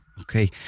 Okay